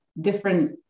different